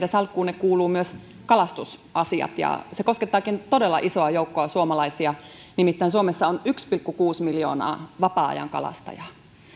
teidän salkkuunne kuuluvat myös kalastusasiat ja se koskettaakin todella isoa joukkoa suomalaisia nimittäin suomessa on yksi pilkku kuusi miljoonaa vapaa ajankalastajaa